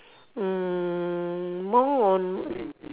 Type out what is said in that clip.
um more on